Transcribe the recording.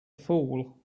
fool